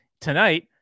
tonight